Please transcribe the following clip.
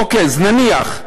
אוקיי, אז נניח.